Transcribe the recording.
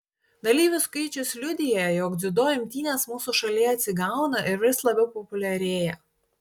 dalyvių skaičius liudija jog dziudo imtynės mūsų šalyje atsigauna ir vis labiau populiarėja